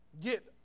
get